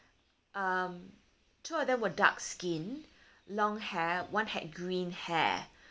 um two of them were dark skin long hair one had green hair